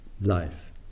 life